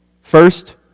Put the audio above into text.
First